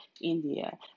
India